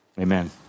Amen